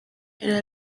era